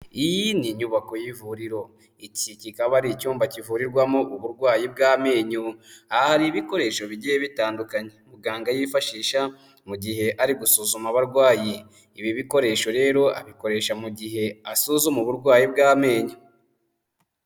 Iyi ni inyubako y'ivuriro, iki kikaba ari icyumba kivurirwamo uburwayi bw'amenyo, aha hari ibikoresho bigiye bitandukanye, muganga yifashisha mu gihe ari gusuzuma abarwayi, ibi bikoresho rero abikoresha mu gihe asuzuma uburwayi bw'amenyo.